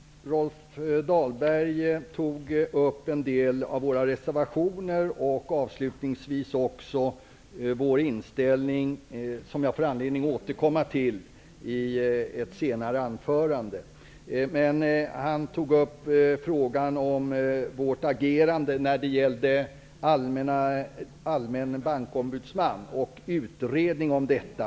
Herr talman! Rolf Dahlberg berörde en del av våra reservationer och avslutningsvis också vår inställning, vilket jag får anledning att återkomma till i ett senare anförande. Rolf Dahlberg tog upp frågan om vårt agerande när det gäller tillskapandet av en allmän bankombudsman och en utredning om detta.